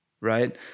right